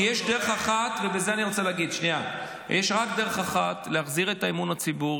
כי יש רק דרך אחת להחזיר את האמון לציבור,